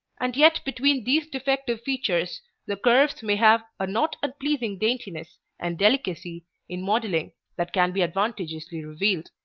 and yet between these defective features the curves may have a not unpleasing daintiness and delicacy in modelling that can be advantageously revealed.